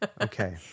Okay